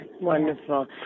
Wonderful